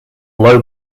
low